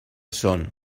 son